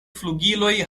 flugiloj